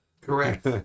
Correct